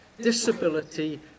disability